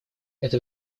это